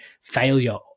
failure